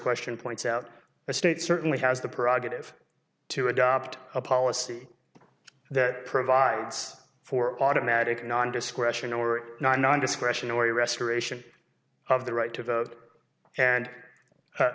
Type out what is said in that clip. question points out the state certainly has the prerogative to adopt a policy that provides for automatic non discretion or not non discretionary restoration of the right to vote and